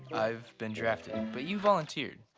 i've been drafted. but you volunteered.